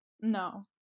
No